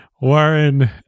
Warren